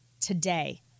today